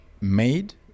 made